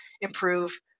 improve